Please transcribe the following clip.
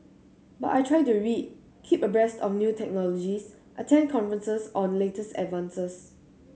but I try to read keep abreast of new technologies attend conferences on the latest advances